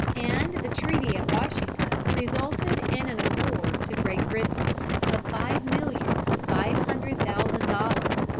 and the treaty at washington resulted in an award to great britain of five million five hundred thousand dollars,